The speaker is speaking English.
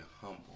humble